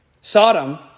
Sodom